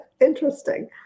interesting